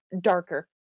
darker